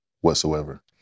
whatsoever